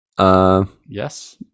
Yes